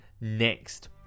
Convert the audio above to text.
next